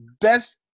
Best